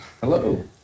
Hello